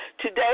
Today